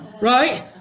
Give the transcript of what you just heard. right